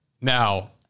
Now